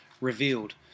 revealed